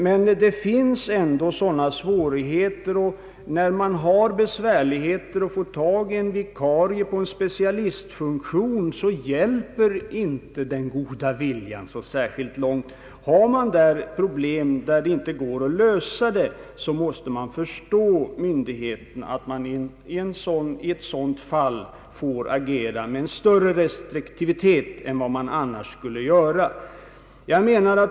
Men det föreligger ändå ibland stora svårigheter när det gäller att bevilja tjänstledighet. Har man besvärligt att få tag i en vikarie för en specialistfunktion hjälper inte den goda viljan särskilt långt. Har myndigheterna problem som inte går att lösa får man förstå om de reagerar med större restriktivitet än de annars skulle göra.